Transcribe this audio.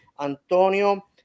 Antonio